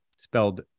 Spelled